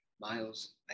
miles